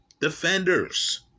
defenders